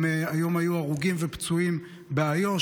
גם היום היו הרוגים ופצועים באיו"ש.